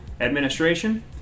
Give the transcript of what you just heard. administration